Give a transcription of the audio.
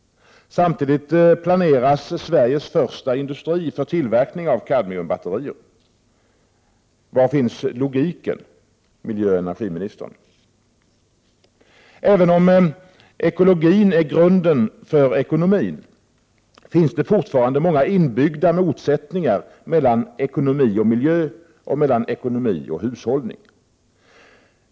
Samtidigt planeras Sveriges första industri för tillverkning av kadmiumbatterier. Var finns logiken, miljöoch energiministern? Även om ekologin är grunden för ekonomin finns det fortfarande många inbyggda motsättningar mellan ekonomi och miljö och mellan ekonomi och hushållning.